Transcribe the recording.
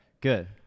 Good